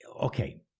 Okay